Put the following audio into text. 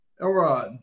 Elrod